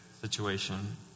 situation